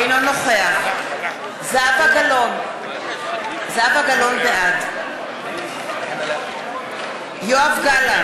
אינו נוכח זהבה גלאון, בעד יואב גלנט,